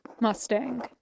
Mustang